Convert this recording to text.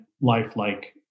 lifelike